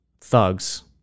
thugs